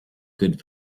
good